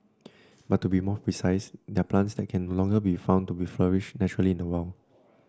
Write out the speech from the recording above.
but to be more precise they're plants that can no longer be found to flourish naturally in the wild